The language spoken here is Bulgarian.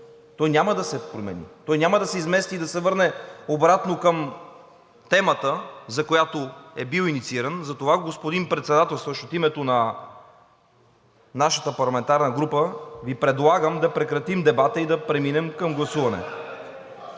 Той няма да се промени, той няма да се измести и да се върне обратно към темата, за която е бил иницииран. Затова, господин Председателстващ, от името на нашата парламентарна група Ви предлагам да прекратим дебата и да преминем към гласуване.